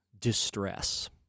distress